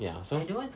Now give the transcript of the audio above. ya true